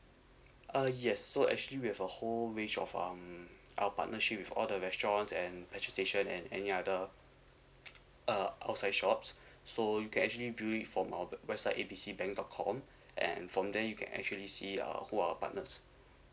uh yes so actually we have a whole range of um our partnership with all the restaurants and agitation and any other uh outside shops so you can actually view it from our website A B C bank dot com and from there you can actually see uh who our partners